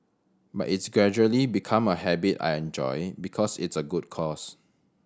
but it's gradually become a habit I enjoy because it's a good cause